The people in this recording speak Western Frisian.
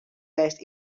west